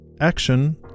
Action